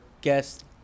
guest